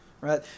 right